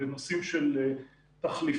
בנושאים של תחליפים.